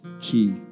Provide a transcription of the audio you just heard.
key